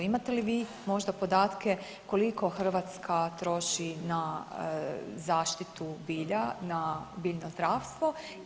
Imate li vi možda podatke koliko Hrvatska troši na zaštitu bilja na biljno zdravstvo?